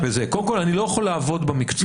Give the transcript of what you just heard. קודם כל אני לא יכול לעבוד במקצוע.